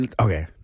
Okay